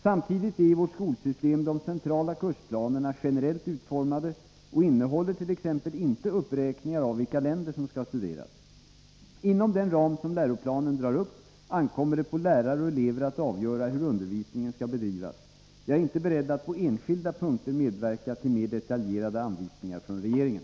Samtidigt är i vårt skolsystem de centrala kursplanerna generellt utformade och innehåller t.ex. inte uppräkningar av vilka länder som skall studeras. Inom den ram som läroplanen drar upp ankommer det på lärare och elever att avgöra hur undervisningen skall bedrivas. Jag är inte beredd att på enskilda punkter medverka till mer detaljerade anvisningar från regeringen.